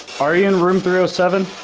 are you in room seven.